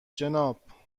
جناب